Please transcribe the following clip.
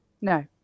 No